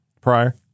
prior